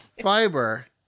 fiber